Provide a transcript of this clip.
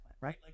right